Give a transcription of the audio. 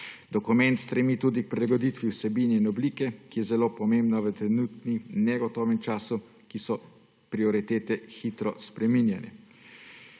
Dokument stremi tudi k prilagoditvi vsebine in oblike, ki je zelo pomembna v trenutno negotovem času, kjer se prioritete hitro spreminjajo.